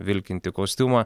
vilkintį kostiumą